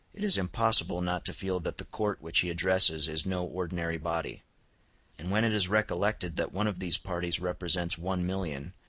it is impossible not to feel that the court which he addresses is no ordinary body and when it is recollected that one of these parties represents one million,